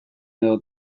edo